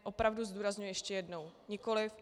Opravdu, zdůrazňuji ještě jednou, nikoliv.